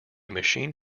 machine